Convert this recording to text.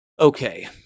Okay